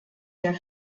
der